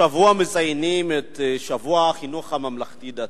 השבוע מציינים את שבוע החינוך הממלכתי-דתי.